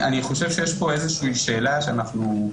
אני חושב שיש פה איזושהי שאלה שאנחנו,